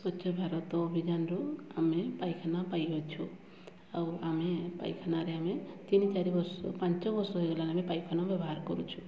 ସୂର୍ଯ୍ୟ ଭାରତ ଅଭିଯାନରୁ ଆମେ ପାଇଖାନା ପାଇଅଛୁ ଆଉ ଆମେ ପାଇଖାନାରେ ଆମେ ତିନି ଚାରି ବର୍ଷ ପାଞ୍ଚ ବର୍ଷ ହେଲାଣି ପାଇଖାନା ବ୍ୟବହାର କରୁଛୁ